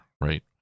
right